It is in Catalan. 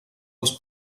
els